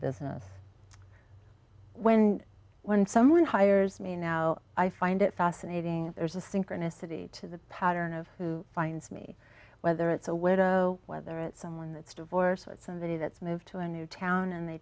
business when when someone hires me now i find it fascinating there's a synchronicity to the pattern of who finds me whether it's a widow whether it's someone that's divorced but somebody that's moved to a new town and they